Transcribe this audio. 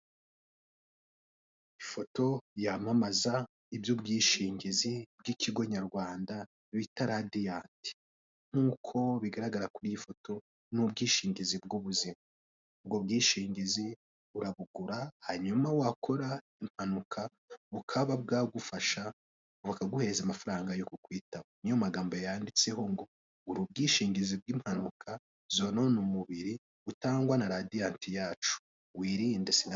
Ifoto yamamaza iby’ubwishingizi bw’ikigo nyarwanda bita Radianti, nk’uko bigaragaza kuri iyi foto, n’ubwishingizi bw’ubuzima, ubwo bwishingizi urabugura hanyuma wakora impanuka, bukaba bwagufasha bakuguhereza amafaranga yo ku kwitaho. Niyo magambo yanditse ngo gura ubwishingizi bw’impanuka zonona umubiri utangwa na Radianti yacu, wirinde SIDA.